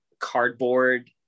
cardboard